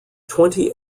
twenty